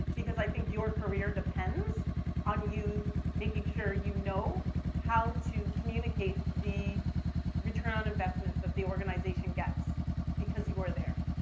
because i think your career depends on you making sure you know how to communicate the return on investment that the organization gets because you're there.